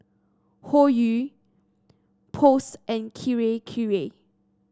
Hoyu Post and Kirei Kirei